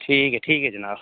ठीक ऐ ठीक ऐ जनाब